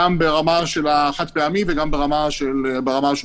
גם ברמה של החד-פעמי וגם ברמה של השוטף.